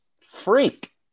freak